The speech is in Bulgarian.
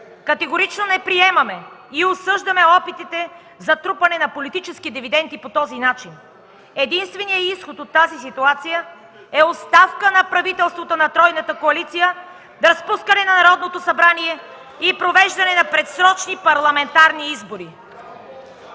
Категорично не приемаме и осъждаме опитите за трупане на политически дивиденти по този начин. Единственият изход от тази ситуация е оставка на правителството на тройната коалиция, разпускане на Народното събрание и провеждане на предсрочни парламентарни избори.”